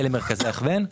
אלה מרכזי הכוון.